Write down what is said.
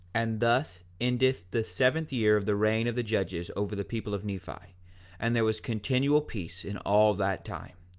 and thus endeth the seventh year of the reign of the judges over the people of nephi and there was continual peace in all that time.